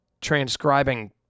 transcribing